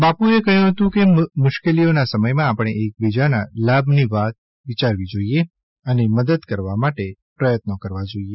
બાપુએ કહ્યું હતુંકે મુશ્કેલીઓનાં સમયમાં આપણે એકબીજાનાં લાભની વાત વિયારવી જોઈએ અને મદદ કરવાનાં પ્રયત્નો કરવા જોઈએ